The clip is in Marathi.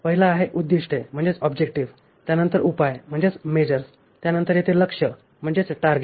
पहिला आहे उद्दीष्टे